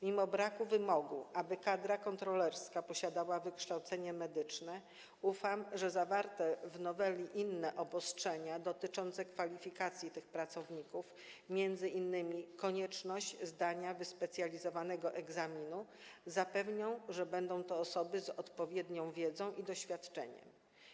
Mimo braku wymogu, aby kadra kontrolerska posiadała wykształcenie medyczne, ufam, że zawarte w noweli inne obostrzenia dotyczące kwalifikacji tych pracowników, m.in. konieczność zdania wyspecjalizowanego egzaminu, zapewnią, że będą to osoby z odpowiednią wiedzą i doświadczeniem.